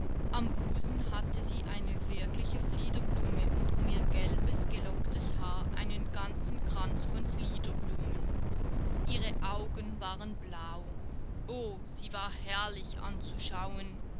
am busen hatte sie eine wirkliche fliederblume und im ihr gelbes gelocktes haar einen ganzen kranz von fliederblumen ihre augen waren blau o sie war herrlich anzuschauen